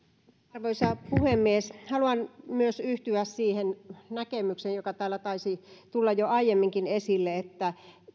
arvoisa puhemies haluan yhtyä myös siihen näkemykseen joka täällä taisi tulla jo aiemminkin esille että